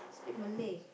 speak Malay